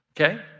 Okay